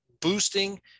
boosting